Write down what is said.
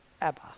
Abba